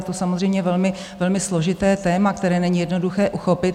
Je to samozřejmě velmi, velmi složité téma, které není jednoduché uchopit.